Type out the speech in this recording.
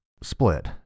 split